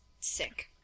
sick